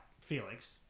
Felix